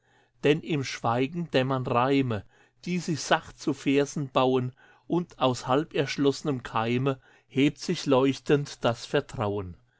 denn im schweigen dämmern reime die sich sacht zu versen bauen und aus halberschloßnem keime hebt sich leuchtend das vertrauen